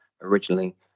originally